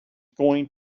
going